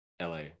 LA